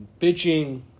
bitching